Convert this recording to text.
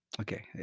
Okay